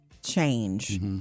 change